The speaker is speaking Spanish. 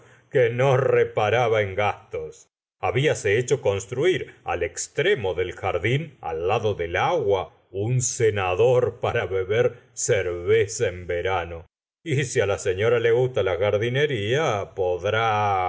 que no reparaba en gastos hablase hecho construir al extremo del jardín al lado del agua un cenador para beber cerveza en verano y si la señora le gusta la jardinería